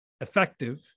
effective